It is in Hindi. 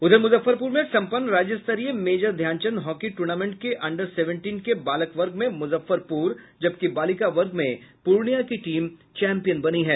उधर मुजफ्फरपुर में सम्पन्न राज्य स्तरीय मेजर ध्यानचंद हॉकी टूर्नामेंट के अंडर सेवेंटीन के बालक वर्ग में मुजफ्फरपुर जबकि बालिका वर्ग में पूर्णिया की टीम चैम्पियन बनी है